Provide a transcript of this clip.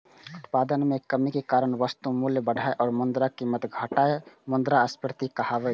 उत्पादन मे कमीक कारण वस्तुक मूल्य बढ़नाय आ मुद्राक कीमत घटनाय मुद्रास्फीति कहाबै छै